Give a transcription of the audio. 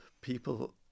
people